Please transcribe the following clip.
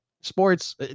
Sports